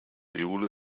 seoul